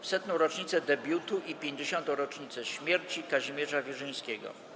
w 100. rocznicę debiutu i 50. rocznicę śmierci Kazimierza Wierzyńskiego.